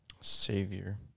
Savior